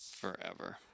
forever